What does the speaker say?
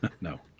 No